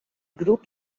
grup